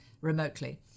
remotely